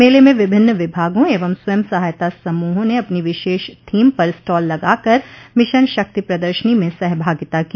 मेले में विभिन्न विभागों एवं स्वयं सहायता समूहों ने अपनी विशेष थीम पर स्टॉल लगाकर मिशन शक्ति प्रदर्शनी में सहभागिता की